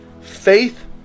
faith